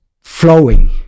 flowing